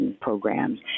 programs